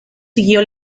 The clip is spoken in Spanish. siguió